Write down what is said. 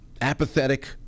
apathetic